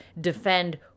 defend